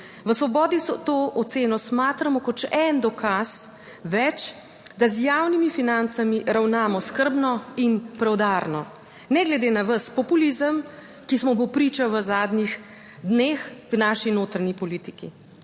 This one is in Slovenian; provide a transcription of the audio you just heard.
V Svobodi to oceno smatramo kot še en dokaz več, da z javnimi financami ravnamo skrbno in preudarno, ne glede na ves populizem, ki smo mu priča v zadnjih dneh v naši notranji politiki.